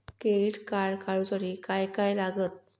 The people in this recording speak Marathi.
क्रेडिट कार्ड काढूसाठी काय काय लागत?